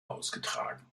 ausgetragen